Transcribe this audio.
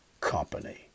company